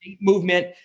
movement